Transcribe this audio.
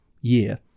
year